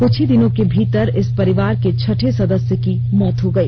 क्छ ही दिनों के भीतर इस परिवार के छठे सदस्य की मौत हो गई